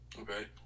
okay